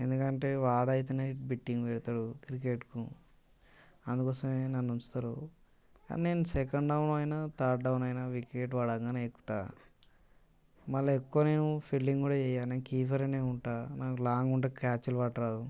ఎందుకంటే వాడైతే బెట్టింగ్ పెడతాడు క్రికెట్కు అందుకోసం నన్ను ఉంచుతారు కానీ నేను సెకెండ్ డౌన్ అయినా థర్డ్ డౌన్ అయినా వికెట్ పడంగానే ఎక్కుత మళ్ళా ఎక్కువ నేను ఫీల్డింగ్ కూడా చేయను నేను కీపర్గా ఉంటాను నాకు లాంగ్ ఉంటే క్యాచ్లు పట్టరాదు